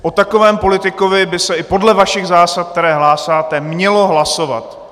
O takovém politikovi by se i podle vašich zásad, které hlásáte, mělo hlasovat.